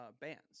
bands